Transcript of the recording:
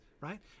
right